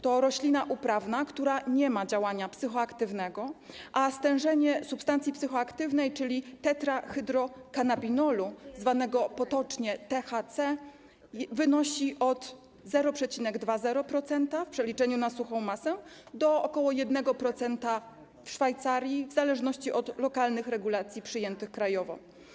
To jest roślina uprawna, która nie ma działania psychoaktywnego, w przypadku której stężenie substancji psychoaktywnej, czyli tetrahydrokannabinolu, zwanego potocznie THC, wynosi od 0,20% w przeliczeniu na suchą masę do ok. 1% w Szwajcarii, w zależności od lokalnych regulacji przyjętych krajowo.